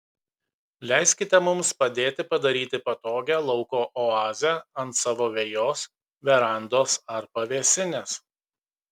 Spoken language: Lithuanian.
leiskite mums padėti padaryti patogią lauko oazę ant savo vejos verandos ar pavėsinės